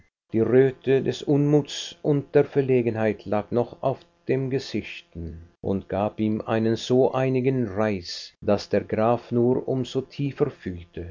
die röte des unmuts und der verlegenheit lag noch auf dem gesichtchen und gab ihm einen so eigenen reiz daß der graf nur um so tiefer fühlte